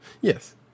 Yes